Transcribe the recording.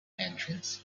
entrance